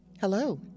Hello